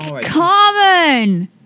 common